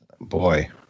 boy